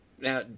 now